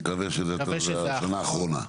מקווה שזו השנה האחרונה.